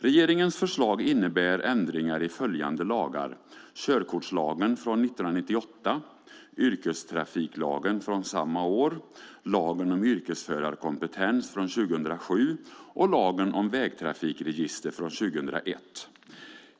Regeringens förslag innebär ändringar i följande lagar: körkortslagen och yrkestrafiklagen från 1998, lagen om yrkesförarkompetens från 2007 samt lagen om vägtrafikregister från 2001.